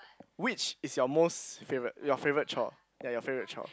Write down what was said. which is your most favourite your favourite chore ya your favourite chore